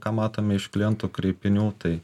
ką matome iš klientų kreipinių tai